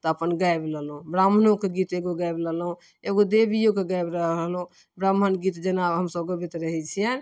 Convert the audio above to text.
तऽ अपन गाबि लेलहुँ ब्राह्मणोके गीत एगो गाबि लेलहुँ एगो देबियोके गाबि लेलहुँ ब्राह्मण गीत जेना हम सब गबैत रहै छियनि